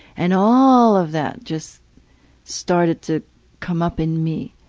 and all of that just started to come up in me,